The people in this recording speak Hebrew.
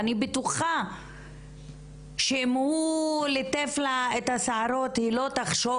אני בטוחה שאם הוא ליטף לה את השערות היא לא תחשוב